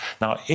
Now